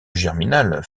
germinal